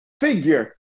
figure